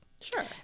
Sure